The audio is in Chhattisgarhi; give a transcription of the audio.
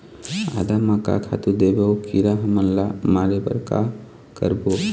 आदा म का खातू देबो अऊ कीरा हमन ला मारे बर का करबो?